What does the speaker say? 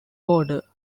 border